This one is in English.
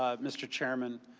um mr. chairman,